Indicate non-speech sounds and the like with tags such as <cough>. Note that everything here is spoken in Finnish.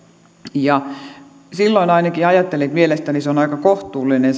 ja silloin ainakin ajattelin että mielestäni on aika kohtuullinen <unintelligible>